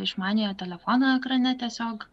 išmaniojo telefono ekrane tiesiog